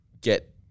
get